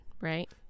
right